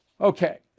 Okay